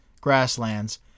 grasslands